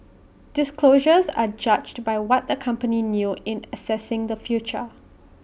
disclosures are judged by what the company knew in assessing the future